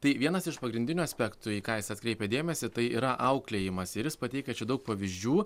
tai vienas iš pagrindinių aspektų į ką jis atkreipė dėmesį tai yra auklėjimas ir jis pateikia čia daug pavyzdžių